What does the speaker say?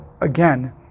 again